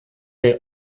est